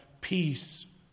peace